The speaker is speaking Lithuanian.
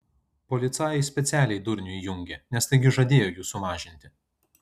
policajai specialiai durnių įjungė nes taigi žadėjo jų sumažinti